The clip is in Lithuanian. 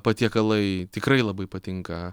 patiekalai tikrai labai patinka